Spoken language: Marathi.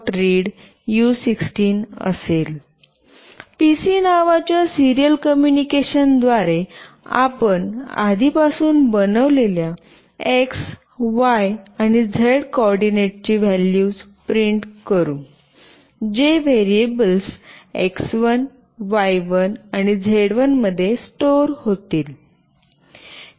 "पीसी" नावाच्या सीरियल कम्युनिकेशनद्वारे आपण आधीपासून बनवलेल्या एक्स वाय आणि झेड कोऑर्डिनेटची व्हॅल्यूज प्रिंट करू जे व्हेरिएबल्स x1 y1 आणि z1 मध्ये स्टोर होतील